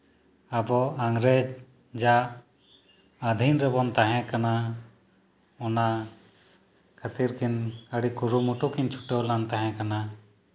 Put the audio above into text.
ᱟᱵᱚ ᱤᱝᱨᱮᱡᱽᱼᱟᱜ ᱚᱫᱷᱤᱱ ᱨᱮᱵᱚᱱ ᱛᱟᱦᱮᱸ ᱠᱟᱱᱟ ᱚᱱᱟ ᱠᱷᱟᱹᱛᱤᱨ ᱠᱤᱱ ᱟᱹᱰᱤ ᱠᱩᱨᱩᱢᱩᱴᱩ ᱠᱤᱱ ᱪᱷᱩᱴᱟᱹᱣ ᱞᱮᱱ ᱛᱟᱦᱮᱸ ᱠᱟᱱᱟ